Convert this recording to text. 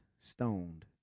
stoned